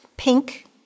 Pink